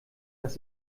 dass